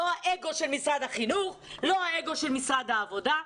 לא האגו של משרד החינוך ולא האגו של משרד העבודה,